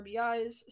RBIs